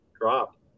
drop